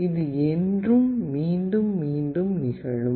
இது என்றும் மீண்டும் மீண்டும் நிகழும்